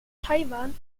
taiwan